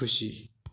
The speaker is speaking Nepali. खुसी